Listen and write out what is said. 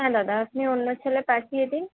হ্যাঁ দাদা আপনি অন্য ছেলে পাঠিয়ে দিন